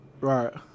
Right